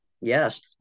Yes